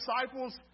disciples